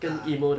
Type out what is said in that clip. ah